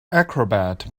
acrobat